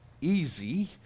easy